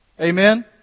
Amen